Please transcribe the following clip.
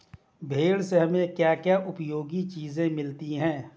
भेड़ से हमें क्या क्या उपयोगी चीजें मिलती हैं?